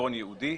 בחשבון ייעודי,